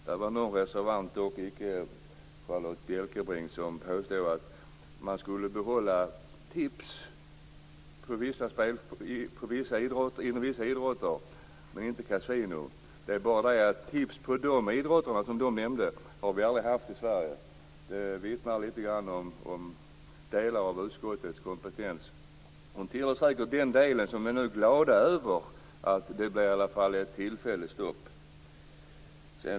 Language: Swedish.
Där var några som vann, dock inte Charlotte Bjälkebring, som tyckte att man skulle behålla tips inom vissa idrottsgrenar, men inte kasinon. Men tips på de idrotter som hon då nämnde har vi aldrig haft i Sverige. Det vittnar lite grann om delar av utskottets kompetens. Den del som vi ändå är glada över är att det blev ett tillfälligt stopp.